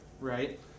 right